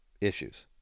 issues